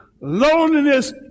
Loneliness